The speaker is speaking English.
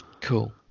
Cool